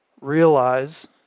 realize